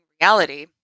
reality